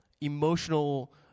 emotional